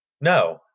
No